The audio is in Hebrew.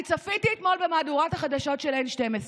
אני צפיתי אתמול במהדורת החדשות של N12,